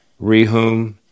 Rehum